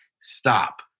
Stop